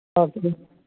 okay